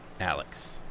Alex